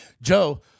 Joe